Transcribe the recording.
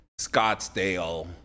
Scottsdale